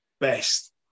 best